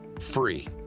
free